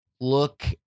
look